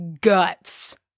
guts